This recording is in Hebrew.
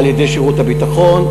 על-ידי שירות הביטחון,